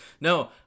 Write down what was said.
No